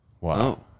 Wow